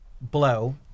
blow